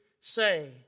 Say